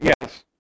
yes